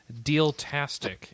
DEALTASTIC